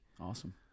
Awesome